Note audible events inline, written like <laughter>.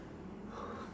<breath>